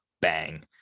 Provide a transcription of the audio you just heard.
bang